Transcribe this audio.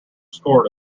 scored